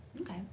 Okay